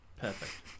Perfect